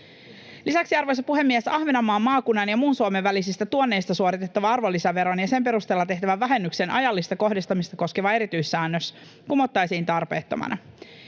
Lisäksi, arvoisa puhemies, Ahvenanmaan maakunnan ja muun Suomen välisistä tuonneista suoritettavan arvonlisäveron ja sen perusteella tehtävän vähennyksen ajallista kohdistamista koskeva erityissäännös kumottaisiin tarpeettomana.